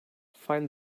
find